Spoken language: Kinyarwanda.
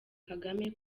kagame